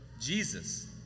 Jesus